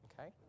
Okay